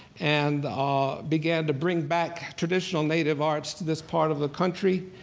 and ah began to bring back traditional native arts to this part of the country,